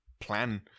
plan